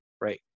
right